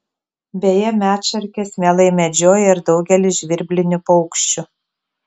beje medšarkės mielai medžioja ir daugelį žvirblinių paukščių